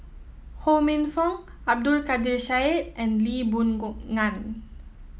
Ho Minfong Abdul Kadir Syed and Lee Boon Ngan